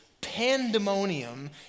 pandemonium